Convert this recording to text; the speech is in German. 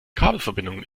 kabelverbindungen